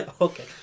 okay